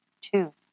Two